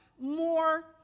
more